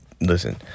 listen